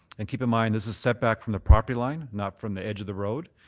and keep in mind this is setback from the property line, not from the edge of the road.